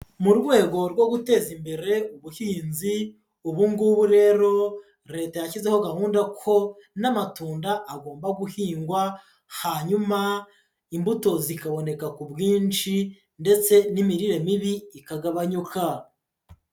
Mu rwego rwo guteza imbere ubuhinzi, ubu ngubu rero Leta yashyizeho gahunda ko n'amatunda agomba guhingwa hanyuma imbuto zikaboneka ku bwinshi ndetse n'imirire mibi ikagabanyuka.